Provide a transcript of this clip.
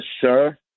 sir